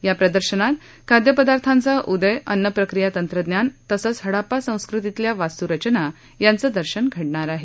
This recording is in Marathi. या प्रदर्शनात खाद्य पदार्थांचा उदय अन्न प्रक्रिया तंत्रज्ञान हडप्पा संस्कृतीतल्या वास्तुरचना याचं दर्शन घडणार आहे